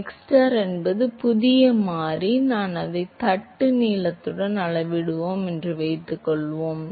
எனவே xstar என்பது எனது புதிய மாறி என்றும் அதை தட்டின் நீளத்துடன் அளவிடுகிறேன் என்றும் வைத்துக்கொள்வோம்